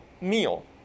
meal